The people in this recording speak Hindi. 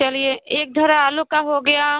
चलिए एक धरा आलू का हो गया